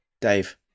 Dave